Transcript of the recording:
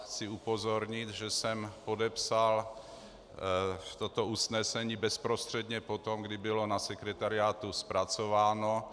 Chci upozornit, že jsem podepsal toto usnesení bezprostředně po tom, kdy bylo na sekretariátu zpracováno.